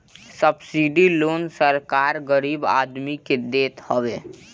subsidy loan सरकार गरीब आदमी के देत हवे